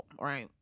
right